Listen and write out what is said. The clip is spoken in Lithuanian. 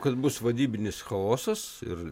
kad bus vadybinis chaosas ir